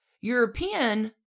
European